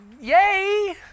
yay